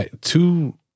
two